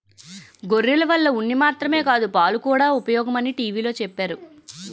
గొర్రెల వల్ల ఉన్ని మాత్రమే కాదు పాలుకూడా ఉపయోగమని టీ.వి లో చెప్పేరు